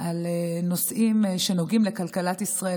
על נושאים שנוגעים לכלכלת ישראל,